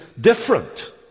different